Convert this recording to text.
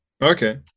Okay